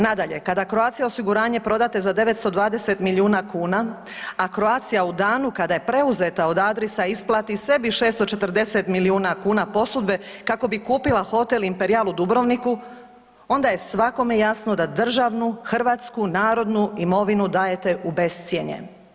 Nadalje, kada Croatia osiguranje prodate za 920 milijuna kuna, a Croatia u danu kada je preuzeta od Adrisa isplati sebi 640 milijuna kuna posudbe, kako bi kupila Hotel Imperial u Dubrovniku, onda je svakome jasno da državnu hrvatsku narodnu imovinu dajete u bescjenje.